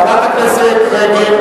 חברת הכנסת רגב,